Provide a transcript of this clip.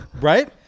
right